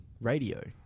radio